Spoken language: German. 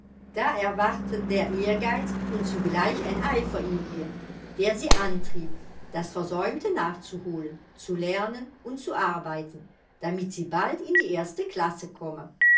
da erwachte der ehrgeiz und zugleich ein eifer in ihr der sie antrieb das versäumte nachzuholen zu lernen und zu arbeiten damit sie bald in die erste klasse komme